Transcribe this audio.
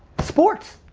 sports!